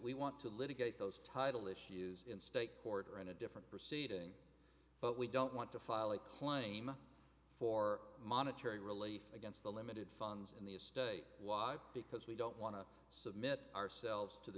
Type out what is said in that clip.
we want to litigate those tidal issues in state court or in a different proceeding but we don't want to file a claim for monetary relief against the limited funds in the estate why because we don't want to submit ourselves to the